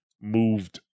moved